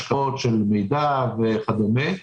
השקעות של מידע וכדומה.